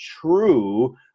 true